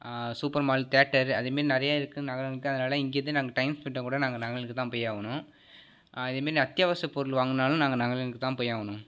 super mall theatre அதுமாரி நிறைய இருக்கு நகரங்கள்க்கு அதனால இங்கேருந்து நாங்கள் டைம் ஸ்பெண்ட்டா கூட நாங்கள் நகரங்களுக்கு தான் போய் ஆகணும் அதமேரி அத்தியாவசிய பொருள் வாங்கணும்னாலும் நாங்கள் நகரங்களுக்கு தான் போய் ஆகணும்